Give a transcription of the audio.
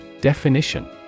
Definition